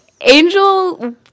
Angel